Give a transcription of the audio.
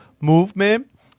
movement